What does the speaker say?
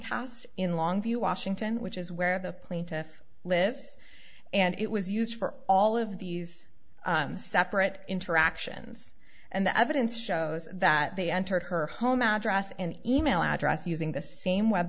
comcast in longview washington which is where the plaintiff lives and it was used for all of these separate interactions and the evidence shows that they entered her home address and e mail address using the same web